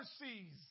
mercies